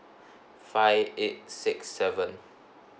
five eight six seven